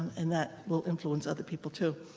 and that will influence other people, too.